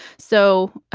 so